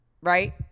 Right